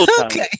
Okay